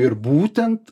ir būtent